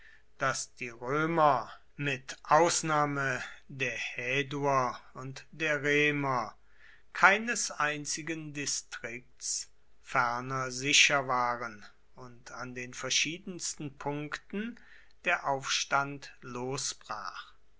daß die römer mit ausnahme der häduer und der reiner keines einzigen distrikts ferner sicher waren und an den verschiedensten punkten der aufstand losbrach